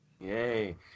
Yay